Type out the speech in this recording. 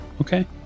Okay